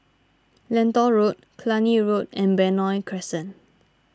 Lentor Road Cluny Road and Benoi Crescent